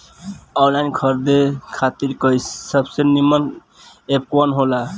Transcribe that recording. Online खरीदे खातिर सबसे नीमन एप कवन हो ला?